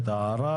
הערה,